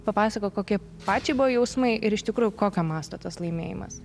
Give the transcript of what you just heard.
papasakok kokie pačiai buvo jausmai ir iš tikrųjų kokio masto tas laimėjimas